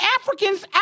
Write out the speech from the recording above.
Africans